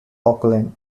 auckland